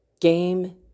game